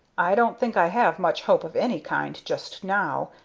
i don't think i have much hope of any kind just now,